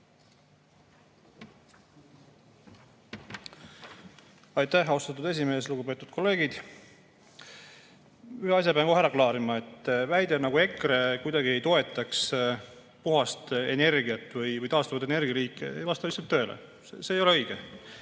Aitäh, austatud esimees! Lugupeetud kolleegid! Ühe asja pean kohe ära klaarima. Väide, nagu EKRE kuidagi ei toetaks puhast energiat või taastuvaid energialiike, ei vasta lihtsalt tõele. See ei ole õige.